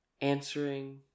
answering